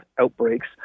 outbreaks